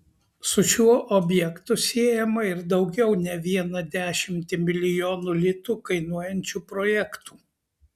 su šiuo objektu siejama ir daugiau ne vieną dešimtį milijonų litų kainuojančių projektų